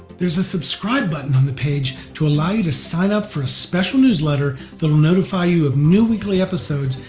there's a subscribe button on the page to allow you to sign up for a special newsletter that'll notify you of new weekly episodes,